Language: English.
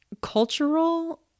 cultural